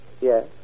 Yes